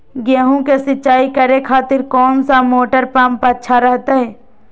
गेहूं के सिंचाई करे खातिर कौन सा मोटर पंप अच्छा रहतय?